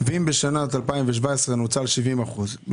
ואם בשנת 2017 נוצלו 70 אחוזים,